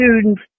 students